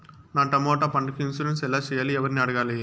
నా టమోటా పంటకు ఇన్సూరెన్సు ఎలా చెయ్యాలి? ఎవర్ని అడగాలి?